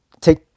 take